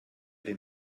dem